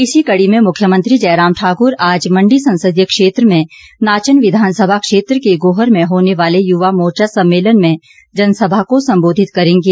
इसी कड़ी में मुख्यमंत्री जयराम ठाकुर आज मंडी संसदीय क्षेत्र में नाचन विधानसभा क्षेत्र के गोहर में होने वाले युवा मोर्चा सम्मेलन में जनसभा को संबोधित करेंगे